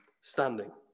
standing